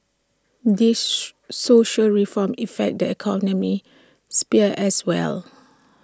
these social reforms affect the economic sphere as well